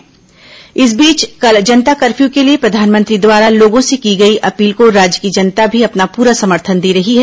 जनता curfew प्रतिक्रिया इस बीच कल जनता कर्फ्यू के लिए प्रधानमंत्री द्वारा लोगों से की गई अपील को राज्य की जनता भी अपना पूरा समर्थन दे रही है